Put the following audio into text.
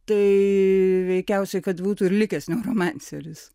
tai veikiausiai kad būtų ir likęs neurumanceris